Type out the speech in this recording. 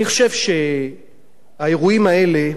אני חושב שהאירועים האלה,